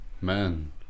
man